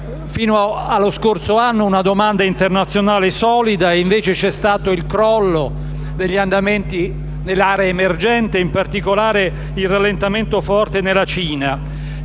fino allo scorso anno, una domanda internazionale solida ed invece c'è stato il crollo degli andamenti delle aree emergenti, in particolare il rallentamento forte dell'economia